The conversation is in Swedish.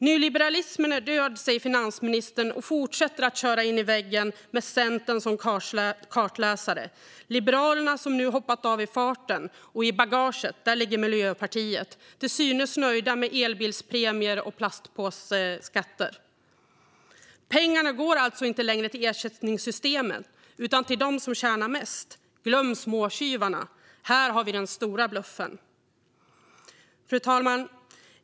Nyliberalismen är död, säger finansministern och fortsätter att köra in i väggen med Centern som kartläsare och Liberalerna, som nu hoppat av i farten. I bagaget ligger Miljöpartiet till synes nöjda med elbilspremier och plastpåseskatter. Pengarna går alltså inte längre till ersättningssystemen utan till dem som tjänar mest. Glöm småtjyvarna! Här har vi den stora bluffen. Fru talman!